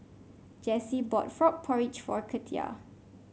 Jessi bought Frog Porridge for Katia